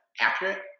accurate